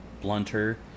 blunter